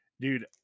dude